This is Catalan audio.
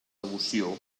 devoció